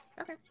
okay